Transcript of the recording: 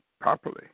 properly